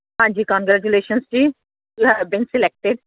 ਹਾਂਜੀ ਕੋਂਗਰੈਕਚੁਲੇਸ਼ਨ ਜੀ you have been selected